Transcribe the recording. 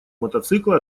мотоцикла